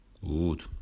Good